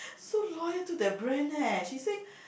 so loyal to that brand leh she say